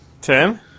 Tim